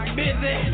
busy